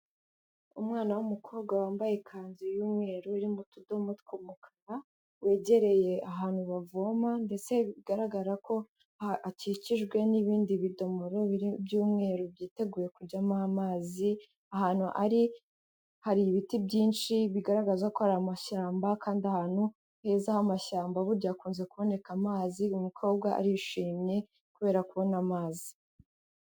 Umwana w'umukobwa wambaye ikanzu y'umweru irimo utudomo tw'umukara wegereye ahantu bavoma ndetse bigaragara ko hakikijwe n'ibindi bidomoro by'umweru byiteguye kujyamo amazi, ahantu ari hari ibiti byinshi bigaragaza ko ari amashyamba kandi ahantu heza h'amashyamba burya hakunze kuboneka amazi, uyu mukobwa arishimye kubera kubona amazi.